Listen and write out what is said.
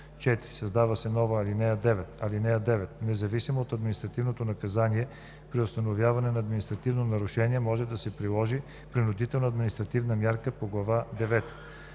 4. Създава се нова ал. 9: „(9) Независимо от административното наказание, при установяване на административно нарушение може да се приложи принудителна административна мярка по глава